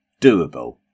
doable